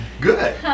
Good